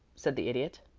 said the idiot.